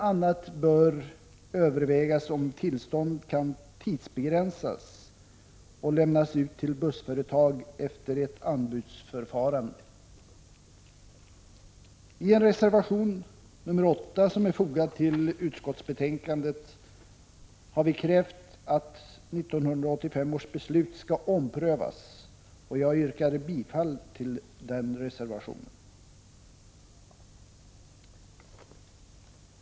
a. bör övervägas om tillstånd kan tidsbegränsas och lämnas ut till bussföretag efter ett anbudsförfarande. Ien reservation, nr 8, som är fogad till utskottsbetänkandet, har vi krävt att 1985 års beslut skall omprövas, och jag yrkar bifall till denna reservation.